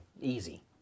Easy